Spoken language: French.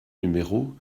numéro